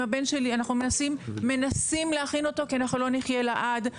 אנחנו מנסים להכין אותו כי אנחנו לא נחיה לעד,